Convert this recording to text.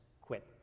quit